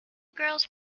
girls